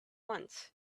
once